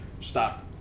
Stop